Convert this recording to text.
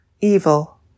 evil